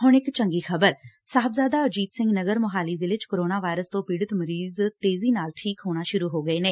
ਹੁਣ ਇਕ ਚੰਗੀ ਖ਼ਬਰ ਸਾਹਿਬਜ਼ਾਦਾ ਅਜੀਤ ਸਿੰਘ ਨਗਰ ਮੁਹਾਲੀ ਜ਼ਿਲ੍ਹੇ ਚ ਕੋਰੋਨਾ ਵਾਇਰਸ ਤੋਂ ਪੀਤਤ ਮਰੀਜ਼ ਤੇਜ਼ੀ ਨਾਲ ਠੀਕ ਹੋਣਾ ਸੁਰੁ ਹੋ ਗਏ ਨੇ